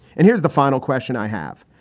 and here's the final question i have.